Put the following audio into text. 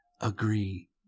agree